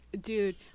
dude